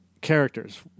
characters